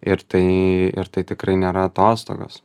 ir tai ir tai tikrai nėra atostogos